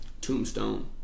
tombstone